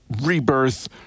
rebirth